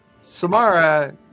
Samara